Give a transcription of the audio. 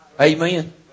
Amen